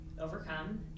overcome